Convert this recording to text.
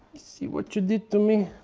see what you did to me